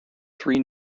three